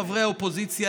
חברי האופוזיציה,